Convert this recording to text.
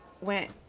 went